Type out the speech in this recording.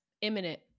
imminent